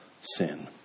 sin